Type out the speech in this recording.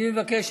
אני מבקש,